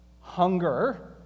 Hunger